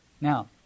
Now